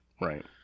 right